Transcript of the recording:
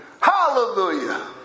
Hallelujah